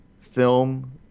film